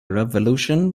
revolution